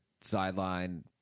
sideline